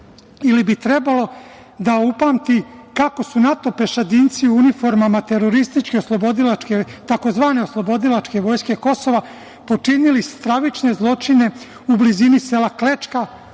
ili bi trebalo da upamti kako su NATO pešadinci u uniformama terorističke oslobodilačke tzv. oslobodilačke vojske Kosova počinili stravične zločine u blizini sela Klečka